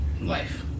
Life